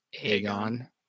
Aegon